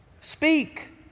Speak